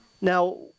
Now